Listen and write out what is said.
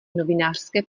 novinářské